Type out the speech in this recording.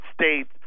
States